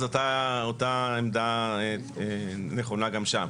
אז אותה עמדה נכונה גם שם.